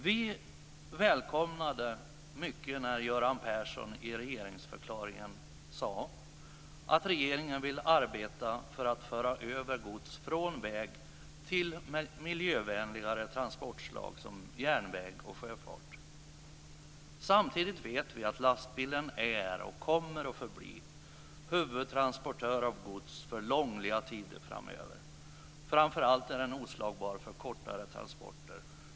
Vi välkomnade mycket, som Göran Persson sade i regeringsförklaringen, att regeringen vill arbeta för att föra över gods från väg till miljövänligare transportslag som järnväg och sjöfart. Samtidigt vet vi att lastbilen är, och kommer att förbli, huvudtransportör av gods för långliga tider framöver. Framför allt är lastbilen oslagbar för kortare transporter.